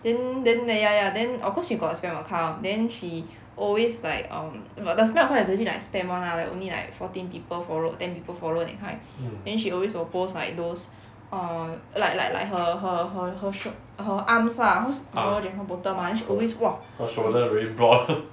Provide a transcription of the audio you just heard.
then then then ya ya then oh cause she got a spam account then she always like um but the spam account is legit like spam [one] lah like only like fourteen people follow or ten people follow that kind then she always will post like those um like like like her her her her shou~ her arms lah cause you know dragon boater mah then always !wah!